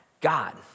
God